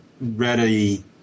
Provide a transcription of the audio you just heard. ready